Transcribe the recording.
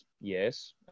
Yes